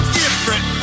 different